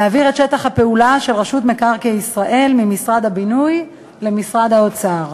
להעביר את שטח הפעולה של רשות מקרקעי ישראל ממשרד הבינוי למשרד האוצר.